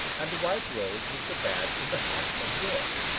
and the white rose was the badge of the house of york.